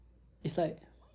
it's like